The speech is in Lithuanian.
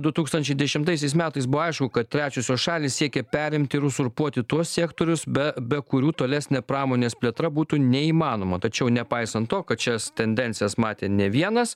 du tūkstančiai dešimtaisiais metais buvo aišku kad trečiosios šalys siekia perimti ir uzurpuoti tuos sektorius be be kurių tolesnė pramonės plėtra būtų neįmanoma tačiau nepaisant to kad šias tendencijas matė ne vienas